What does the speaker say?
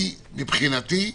מבחינתי,